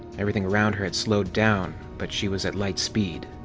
everything around her had slowed down, but she was at light-speed.